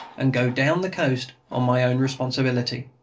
and go down the coast on my own responsibility.